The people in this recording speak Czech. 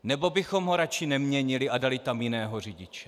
Nebo bychom ho radši neměnili a dali tam jiného řidiče?